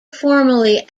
formally